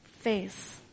face